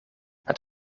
het